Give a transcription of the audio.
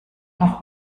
noch